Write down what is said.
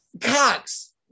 Cox